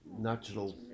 natural